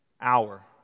Hour